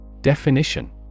Definition